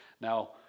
Now